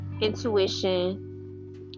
Intuition